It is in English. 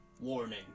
Warning